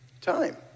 Time